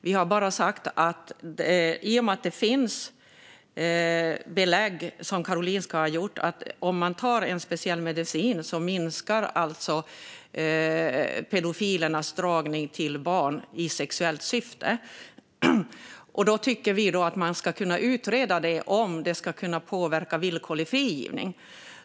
Vi har bara sagt att det, eftersom det finns belägg från Karolinska för att pedofilernas dragning till barn i sexuellt syfte minskar om de tar en speciell medicin, ska kunna utredas om detta skulle kunna påverka villkorlig frigivning.